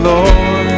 Lord